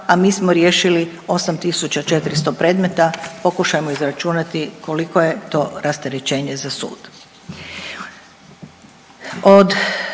a mi smo riješili 8400 predmeta, pokušajmo izračunati koliko je to rasterećenje za sud.